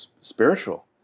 spiritual